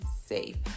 safe